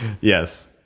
Yes